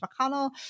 McConnell